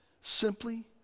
Simply